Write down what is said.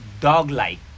dog-like